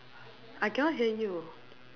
I cannot hear you